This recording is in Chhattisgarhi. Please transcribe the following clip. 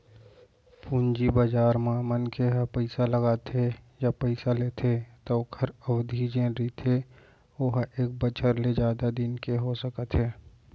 पूंजी बजार म मनखे ह पइसा लगाथे या पइसा लेथे त ओखर अबधि जेन रहिथे ओहा एक बछर ले जादा दिन के हो सकत हे